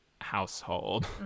household